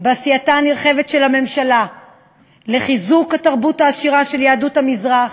בעשייתה הנרחבת של הממשלה לחיזוק התרבות העשירה של יהדות המזרח,